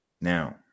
Now